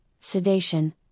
sedation